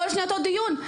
כל שנה אותו דיון.